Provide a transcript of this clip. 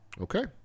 okay